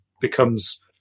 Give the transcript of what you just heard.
becomes